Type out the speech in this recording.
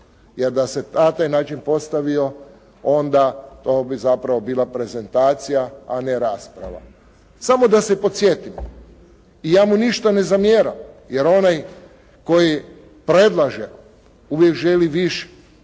Jer da se na taj način postavio, onda to bi zapravo bila prezentacija, a ne rasprava. Samo da se podsjetim, i ja mu ništa ne zamjeram jer onaj koji predlaže uvijek želi više,